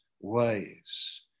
ways